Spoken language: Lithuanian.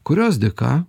kurios dėka